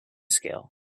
scale